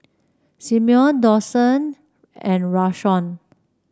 Simeon Dawson and Rashawn